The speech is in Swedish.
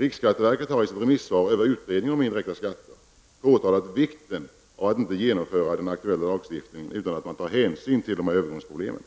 Riksskatteverket har i sitt remissvar över utredningen om indirekta skatter påpekat vikten av att inte genomföra den aktuella lagstiftningen utan att man tar hänsyn till övergångsproblemen.